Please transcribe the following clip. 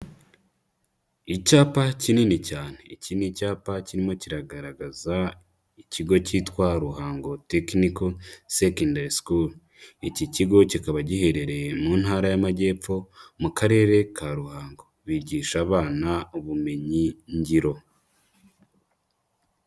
Icyapa kinini cyane. Iki ni icyapa kirimo kigaragaza ikigo cyitwa Ruhango Technical Secndary school, iki kigo kikaba giherereye mu ntara y'Amajyepfo mu karere ka Ruhango, bigisha abana ubumenyi ngiro.